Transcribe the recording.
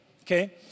Okay